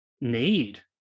need